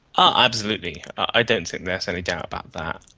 ah absolutely, i don't think there's any doubt about that.